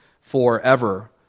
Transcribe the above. forever